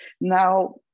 Now